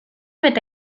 eta